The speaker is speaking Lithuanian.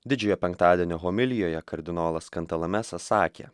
didžiojo penktadienio homilijoje kardinolas kantalamesa sakė